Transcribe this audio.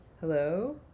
Hello